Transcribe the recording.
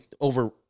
over